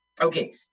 okay